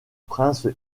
prince